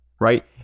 right